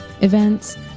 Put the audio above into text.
events